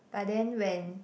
but then when